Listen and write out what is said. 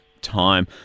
time